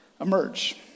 emerge